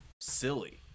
silly